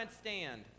stand